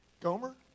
Gomer